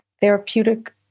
therapeutic